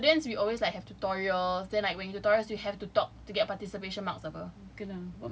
ya but like students we always have to tutorials then like when tutorials you have to talk to get participation marks apa